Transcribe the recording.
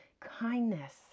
kindness